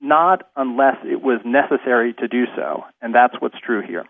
not unless it was necessary to do so and that's what's true here